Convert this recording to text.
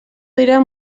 dira